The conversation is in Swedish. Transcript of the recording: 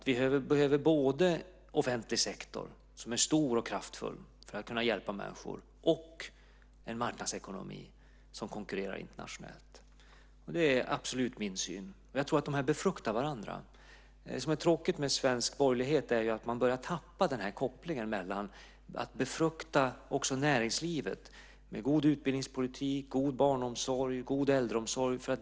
Vi behöver både offentlig sektor som är stor och kraftfull för att kunna hjälpa människor och en marknadsekonomi som konkurrerar internationellt. Det är absolut min syn. Jag tror att dessa befruktar varandra. Det som är tråkigt med svensk borgerlighet är att man börjar tappa denna koppling, att befrukta näringslivet med god utbildningspolitik, god barnomsorg, god äldreomsorg.